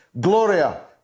Gloria